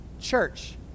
church